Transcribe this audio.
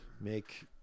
make